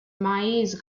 maize